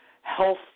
health